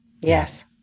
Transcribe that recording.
yes